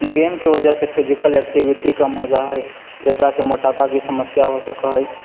गेमके वजह से फिजिकल ऐक्टिविटी कम हो जाइत हइ एकरा से मोटापाके समस्या हो सकैत हइ